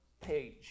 page